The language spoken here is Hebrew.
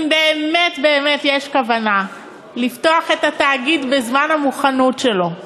אם באמת באמת יש כוונה לפתוח את התאגיד בזמן המוכנות שלו,